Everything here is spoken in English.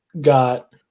Got